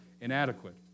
inadequate